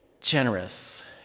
generous